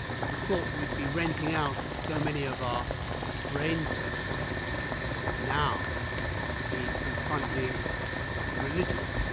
would have thought we'd be renting out so many of our brain cells now to be confronting religion.